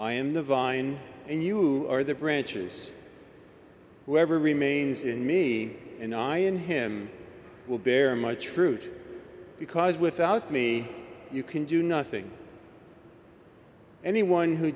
i am the vine and you are the branches wherever remains in me and i in him will bear much fruit because without me you can do nothing anyone who